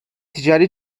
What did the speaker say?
ticari